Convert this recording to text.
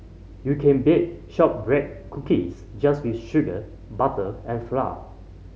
you can bake shortbread cookies just with sugar butter and flour